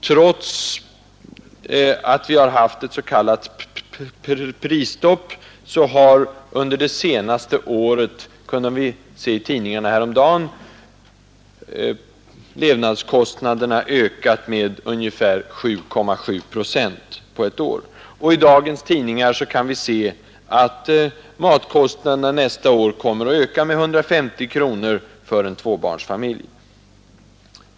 Trots att vi haft ett s.k. prisstopp har under det senaste året — det fick vi reda på häromdagen — levnadskostnaderna ökat med ungefär 7,7 procent. I dagens tidningar kan vi läsa att matkostnaderna nästa år kommer att öka med 150 kronor för en tvåbarnsfamilj.